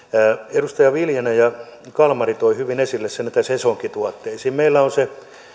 edustajat viljanen ja kalmari toivat hyvin esille sen käytön sesonkituotteisiin meillä on